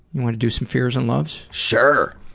and wanna do some fears and loves? sure!